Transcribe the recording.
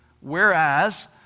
Whereas